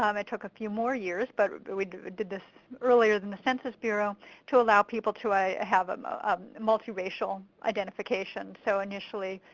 um it took a few more years. but we did this earlier than the census bureau to allow people to have um a multiracial identification. so initially,